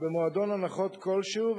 במועדון הנחות כלשהו,